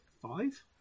five